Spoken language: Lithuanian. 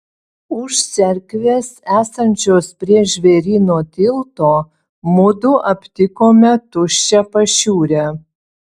už cerkvės esančios prie žvėryno tilto mudu aptikome tuščią pašiūrę